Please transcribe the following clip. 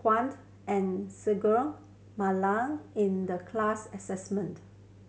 Kwaned and Singai Mukilan in the class assessment